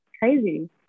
crazy